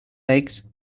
eggs